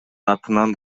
атынан